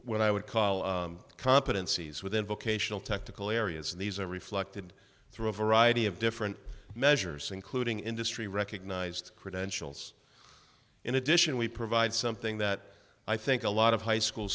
what i would call competencies within vocational technical areas and these are reflected through a variety of different measures including industry recognized credentials in addition we provide something that i think a lot of high school